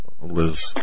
Liz